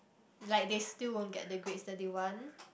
like they still won't get the grades that they want